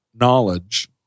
knowledge